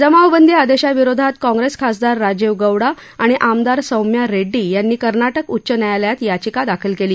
जमावबंदी आदशाविरोधात काँग्रस्त खासदार राजीव गौडा आणि आमदार सौम्या रष्ट्डी यांनी कर्नाटक उच्च न्यायालयात याचिका दाखल काली